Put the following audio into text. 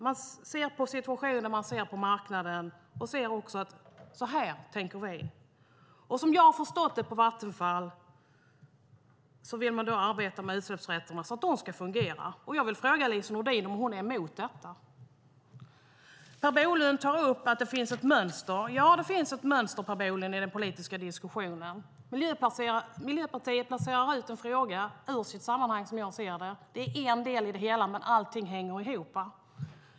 Man ser på situationen, och man ser på marknaden. Man säger sedan: Så här tänker vi. Som jag har förstått det på Vattenfall vill de arbeta med utsläppsrätterna så att de ska fungera. Jag vill fråga Lise Nordin om hon är emot detta. Per Bolund tar upp att det finns ett mönster. Ja, det finns ett mönster i den politiska diskussionen, Per Bolund. Miljöpartiet placerar en fråga utanför dess sammanhang, som jag ser det. Detta är en del i det hela, men allting hänger ihop.